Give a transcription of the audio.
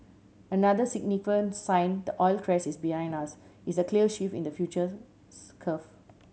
another significant sign the oil crash is behind us is the clear shift in the futures curve